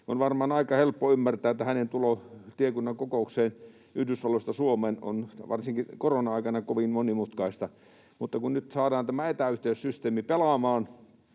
On varmaan aika helppo ymmärtää, että hänen tulonsa tiekunnan kokoukseen Yhdysvalloista Suomeen on varsinkin korona-aikana kovin monimutkaista, mutta kun nyt saadaan tämä etäyhteyssysteemi pelaamaan,